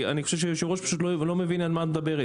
כי אני חושב שיושב הראש פשוט לא מבין על מה את מדברת.